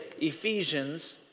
Ephesians